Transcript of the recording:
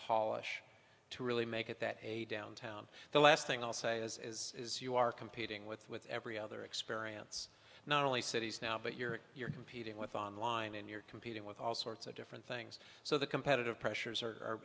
polish to really make it that a downtown the last thing i'll say is you are competing with with every other experience not only cities now but you're you're competing with online and you're competing with all sorts of different things so the competitive pressures